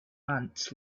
ants